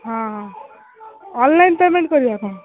ହଁ ହଁ online payment କରିବେ ଆପଣ